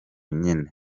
nyene